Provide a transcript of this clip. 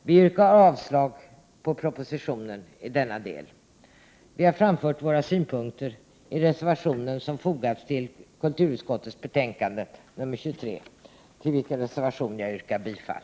Vi yrkar avslag på propositionen i denna del. Vi har framfört våra synpunkter i den reservation som fogats vid kulturutskottets betänkande nr 23, till vilken jag yrkar bifall.